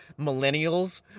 millennials